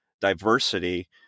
diversity